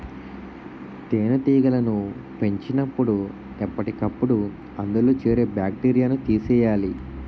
తేనెటీగలను పెంచినపుడు ఎప్పటికప్పుడు అందులో చేరే బాక్టీరియాను తీసియ్యాలి